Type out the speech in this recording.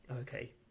okay